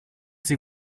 sie